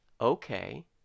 okay